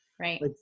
Right